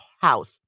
house